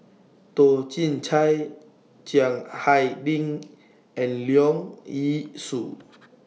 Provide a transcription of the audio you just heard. Toh Chin Chye Chiang Hai Ding and Leong Yee Soo